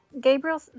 Gabriel